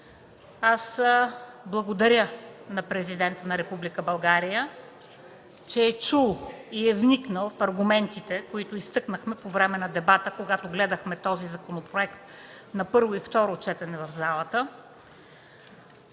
Аз благодаря на Президента на Република България, че е чул и вникнал в аргументите, които изтъкнахме по време на дебата, когато гледахме този законопроект на първо и второ четене в залата,